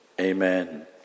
Amen